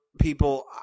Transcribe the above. people